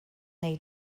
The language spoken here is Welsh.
wnei